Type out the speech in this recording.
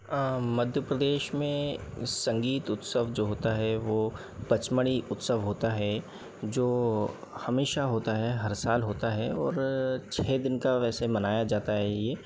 मध्य प्रदेश में संगीत उत्सव जो होता है वो पचमढ़ी उत्सव होता है जो हमेशा होता है हर साल होता है और छ दिन का वैसे मनाया जाता है ये